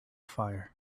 fire